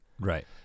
Right